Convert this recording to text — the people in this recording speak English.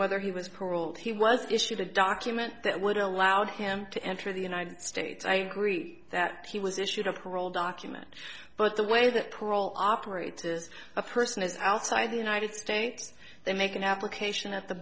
whether he was paroled he was issued a document that would allow him to enter the united states i agree that he was issued a parole document but the way that parole operates is a person is outside the united states they make an application at the